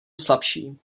slabší